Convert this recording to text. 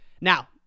Now